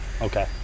okay